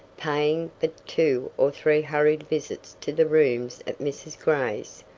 paying but two or three hurried visits to the rooms at mrs. gray's,